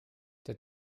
der